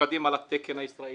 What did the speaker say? המופקדים על התקן הישראלי,